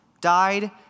died